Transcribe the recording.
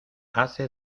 hace